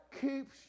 keeps